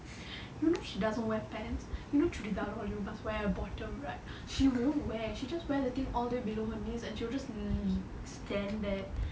you know she doesn't wear pants you know churidar all you must wear a bottom right she won't wear she just wear the thing all the way below her knees and she'll just le~ stand there